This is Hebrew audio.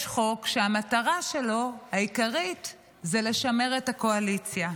חוק שמטרתו העיקרית היא לשמר את הקואליציה.